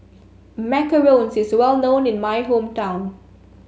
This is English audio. Macarons is well known in my hometown